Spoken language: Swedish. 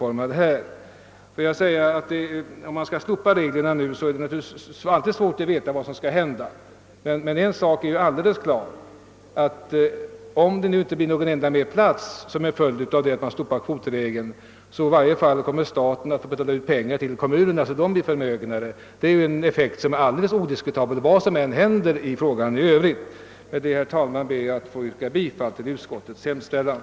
Om vi nu skulle slopa reglerna är det svårt att veta vad som skulle hända, men en sak är alldeles klar: om det inte blir någon mer plats som följd av att kvotregeln slopas, kommer i varje fall staten att få betala ut pengar till kommunerna så att de blir förmögnare. Det är en effekt som är odiskutabel vad som än händer i övrigt. Med detta ber jag, herr talman, att få yrka bifall till utskottets hemställan.